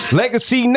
legacy